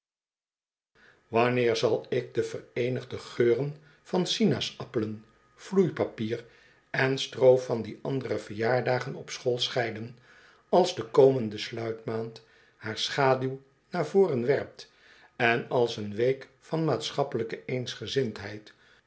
wanneer zal ik de vereenigde geuren van sinaasappelen vloeipapier en stroo van die andere verjaardagen op school scheiden als de komende sluitmand haar schaduw naar voren werpt en als een week van maatschappelijke